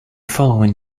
following